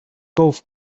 golf